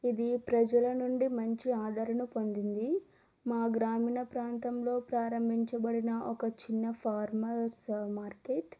ఇది ప్రజల నుండి మంచి ఆదరణ పొందింది మా గ్రామీణ ప్రాంతంలో ప్రారంభించబడిన ఒక చిన్న ఫార్మర్స్ మార్కెట్